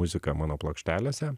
muzika mano plokštelėse